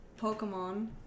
Pokemon